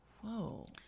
whoa